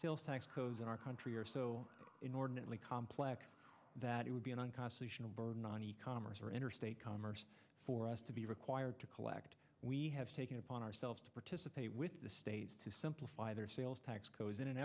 sales tax codes in our country are so inordinately complex that it would be an unconstitutional burden on the commerce or interstate commerce for us to be required to collect we have taken upon ourselves to participate with the states to simplify their sales tax codes in an